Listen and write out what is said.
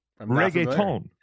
Reggaeton